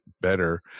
better